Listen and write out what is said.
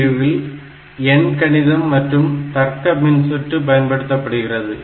ALU இல் எண்கணிதம் மற்றும் தர்க்க மின்சுற்று பயன்படுத்தப்படுகிறது